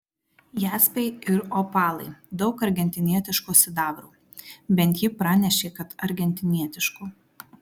jaspiai ir opalai daug argentinietiško sidabro bent ji pranešė kad argentinietiško